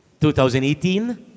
2018